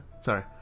Sorry